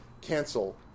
Cancel